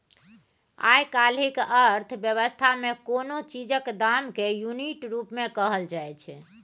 आइ काल्हिक अर्थ बेबस्था मे कोनो चीजक दाम केँ युनिट रुप मे कहल जाइ छै